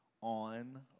on